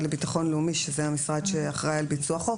לביטחון לאומי (המשרד שאחראי על ביצוע החוק),